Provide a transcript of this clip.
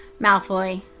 Malfoy